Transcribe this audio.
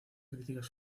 críticas